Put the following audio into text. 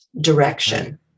direction